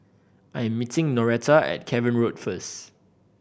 I am meeting Noretta at Cavan Road first